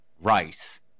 rice